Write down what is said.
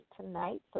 tonight